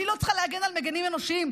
אני לא צריכה להגן על מגינים אנושיים.